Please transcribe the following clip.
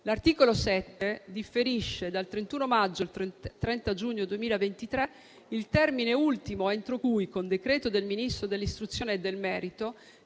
L'articolo 7 differisce dal 31 maggio al 30 giugno 2023 il termine ultimo entro cui, con decreto del Ministro dell'istruzione e del merito,